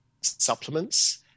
supplements